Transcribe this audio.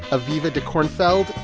aviva dekornfeld,